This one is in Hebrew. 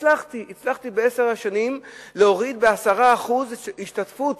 הצלחתי בעשר השנים להוריד ב-10% את ההשתתפות